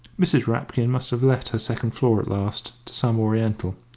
mrs. rapkin must have let her second floor at last to some oriental.